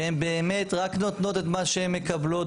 שהן באמת רק נותנות את מה שהן מקבלות